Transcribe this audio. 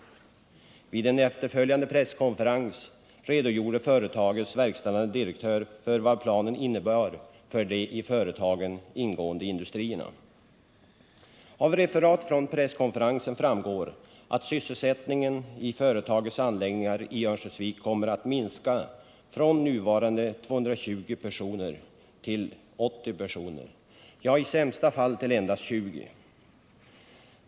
Vid en efterföljande presskönferens redogjorde företagets verkställande direktör för vad planen innebär för de i företaget ingående industrierna. Av referat från presskonferensen framgår att sysselsättningen i företagets anläggningar i Örnsköldsvik kommer att minska från nuvarande 220 personer till 80 personer — i sämsta fall till endast 20.